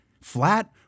Flat